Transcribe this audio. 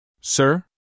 Sir